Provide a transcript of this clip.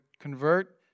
convert